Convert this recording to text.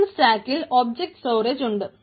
open സ്റ്റാക്കിൽ object storage ഉണ്ട്